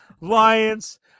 Lions